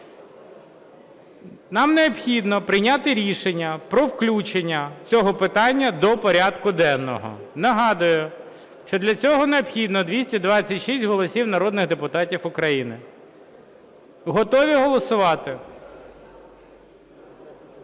Нам необхідно прийняти рішення про включення цього питання до порядку денного. Нагадую, що для цього необхідно 226 голосів народних депутатів України. Готові голосувати?